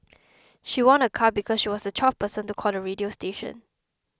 she won a car because she was the twelfth person to call the radio station